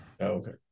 Okay